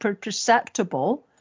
perceptible